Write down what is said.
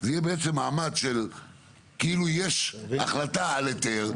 זה יהיה בעצם מעמד של כאילו יש החלטה על היתר,